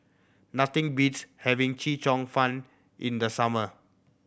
nothing beats having Chee Cheong Fun in the summer